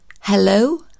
hello